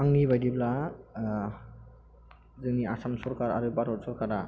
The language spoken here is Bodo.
आंनि बायदिब्ला जोंनि आसाम सरकार आरो भारत सरकारा